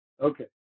Okay